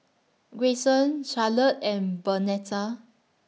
Grayson Charlotte and Bernetta